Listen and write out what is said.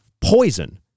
poison